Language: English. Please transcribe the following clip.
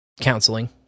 counseling